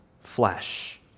flesh